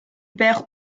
perds